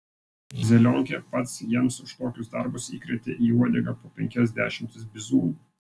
zelionkė pats jiems už tokius darbus įkrėtė į uodegą po penkias dešimtis bizūnų